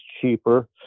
cheaper